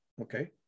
Okay